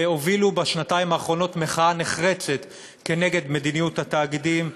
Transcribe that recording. שהובילו בשנתיים האחרונות מחאה נחרצת כנגד מדיניות התאגידים,